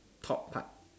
top part